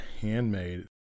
handmade